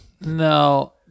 No